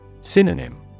Synonym